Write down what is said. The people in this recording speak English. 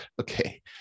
okay